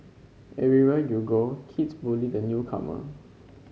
everywhere you go kids bully the newcomer